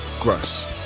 gross